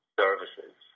services